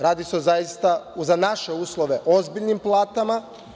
Radi se o zaista za naše uslove ozbiljnim platama.